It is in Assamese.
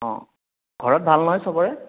অ' ঘৰত ভাল নহয় সবৰে